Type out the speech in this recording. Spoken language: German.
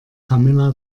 camilla